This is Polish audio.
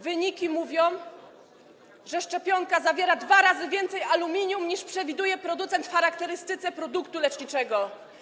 Wyniki mówią, że szczepionka zawiera dwa razy więcej aluminium, niż przewiduje producent w charakterystyce produktu leczniczego.